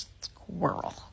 squirrel